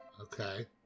Okay